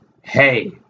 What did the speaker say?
hey